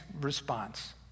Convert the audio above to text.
response